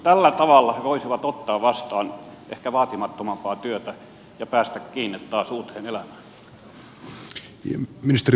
tällä tavalla he voisivat ottaa vastaan ehkä vaatimattomampaa työtä ja päästä kiinni taas uuteen elämään